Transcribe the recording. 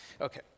Okay